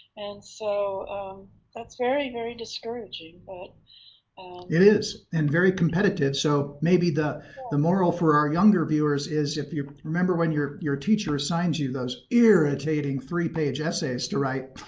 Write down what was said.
and so that's very, very discouraging. but it is and very competitive, so maybe the the moral for our younger viewers is, if you remember when your your teacher assigns you those irritating three-page essays to write,